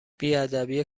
بیادبی